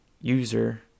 user